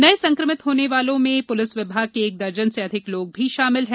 नये संक्रमित होने वालों में पुलिस विभाग के एक दर्जन से अधिक लोग भी शामिल हैं